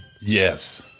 Yes